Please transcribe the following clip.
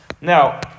Now